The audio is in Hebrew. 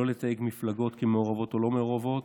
לא לתייג מפלגות כמעורבות או לא מעורבות.